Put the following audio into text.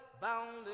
bound